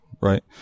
right